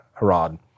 Harad